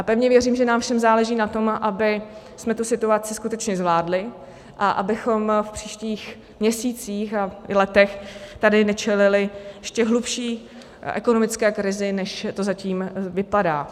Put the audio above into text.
Pevně věřím, že nám všem záleží na tom, abychom tu situaci skutečně zvládli a abychom v příštích měsících i letech tady nečelili ještě hlubší ekonomické krizi, než to zatím vypadá.